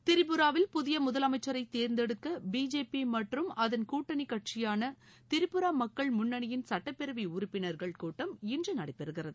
திரிபுராவில் புதிய முதலமைச்சரை தேர்ந்தெடுக்க பிஜேபி மற்றும் அதன் கூட்டணி கட்சியான திரிபுரா மக்கள் முன்னணியின் சட்டப்பேரவை உறுப்பினர்கள் கூட்டம் இன்று நடைபெறுகிறது